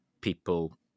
people